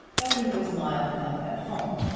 though he was mild enough at home,